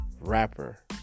rapper